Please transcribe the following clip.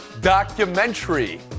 documentary